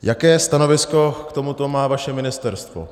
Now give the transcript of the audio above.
Jaké stanovisko k tomuto má vaše ministerstvo?